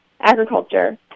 agriculture